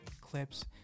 clips